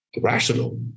rational